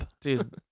Dude